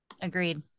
Agreed